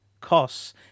costs